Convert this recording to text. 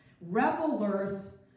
Revelers